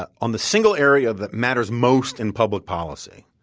ah on the single area that matters most in public policy,